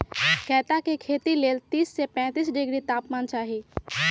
कैता के खेती लेल तीस से पैतिस डिग्री तापमान चाहि